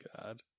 God